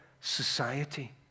society